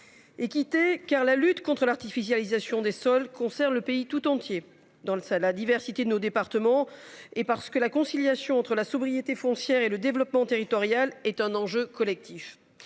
Équité car la lutte contre l'artificialisation des sols. Concert le pays tout entier dans le salle la diversité de nos départements et parce que la conciliation entre la sobriété foncière et le développement territorial est un enjeu collectif.